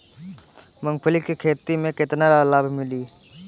मूँगफली के खेती से केतना लाभ मिली?